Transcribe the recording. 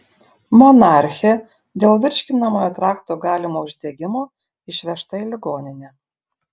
monarchė dėl virškinamojo trakto galimo uždegimo išvežta į ligoninę